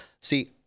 See